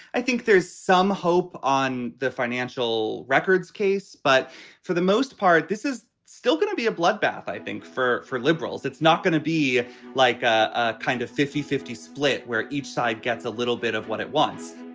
i think there's some hope on the financial records case. but for the most part, this is still going to be a bloodbath, i think, for four liberals. it's not going to be like a kind of fifty fifty split where each side gets a little bit of what it wants